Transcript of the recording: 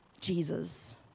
Jesus